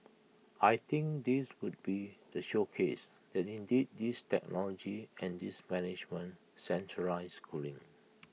I think this would be the showcase that indeed this technology and this management centralised cooling